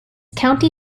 county